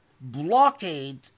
blockade